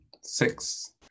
six